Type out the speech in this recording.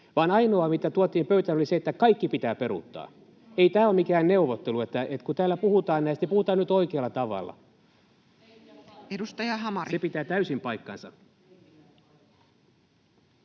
ainoa, mitä tuotiin pöytään, oli se, että kaikki pitää peruuttaa. Ei tämä ole mikään neuvottelu. Eli kun täällä puhutaan näistä, niin puhutaan nyt oikealla tavalla. [Suna Kymäläinen: